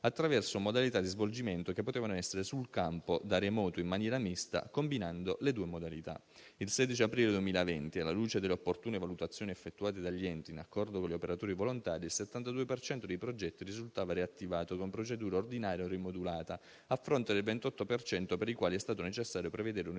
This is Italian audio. attraverso modalità di svolgimento che potevano essere sul campo, da remoto o in maniera mista, combinando le due modalità. Al 16 aprile 2020, alla luce delle opportune valutazioni effettuate dagli enti e in accordo con gli operatori volontari, il 72 per cento dei progetti risultava riattivato con procedura ordinaria o rimodulata, a fronte del 28 per cento per i quali è stato necessario prevedere un'interruzione